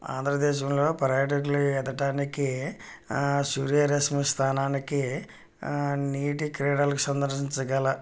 ఆంధ్రదేశంలో పర్యాటకులు ఈదటానికి సూర్యరశ్మి స్థానానికి నీటి క్రీడలు సందర్శించగల